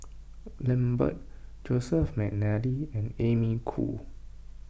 Lambert Joseph McNally and Amy Khor